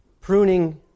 Pruning